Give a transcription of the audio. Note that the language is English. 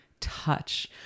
touch